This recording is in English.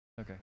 Okay